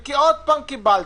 כי שוב קיבלתי,